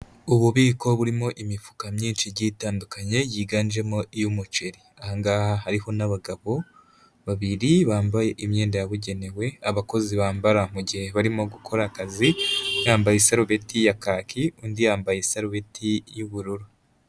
Ububiko burimo imifuka myinshi igiye itandukanye yiganjemo iy'umuceri, aha ngaha hariho n'abagabo babiri bambaye imyenda yabugenewe abakozi bambara mu gihe barimo gukora akazi, yambaye isarubeti ya kaki undi yambaye isarubeti y'ubururu.